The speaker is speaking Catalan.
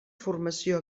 formació